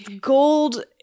Gold